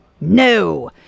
No